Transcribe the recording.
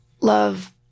love